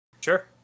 Sure